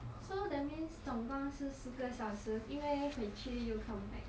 so that means 总共是四个小时因为回去又 come back